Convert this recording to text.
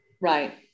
right